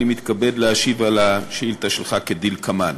אני מתכבד להשיב על השאילתה שלך כדלקמן: